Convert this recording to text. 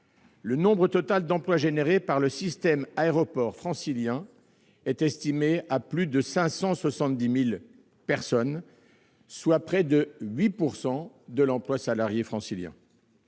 Le nombre total d'emplois engendrés par le système aéroportuaire francilien est estimé à plus de 570 000, soit près de 8 % de l'emploi salarié francilien.